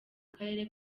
akarere